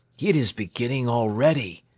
it is beginning already.